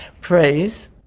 Praise